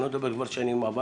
אני לא יודע מה בדבר שנים עברו,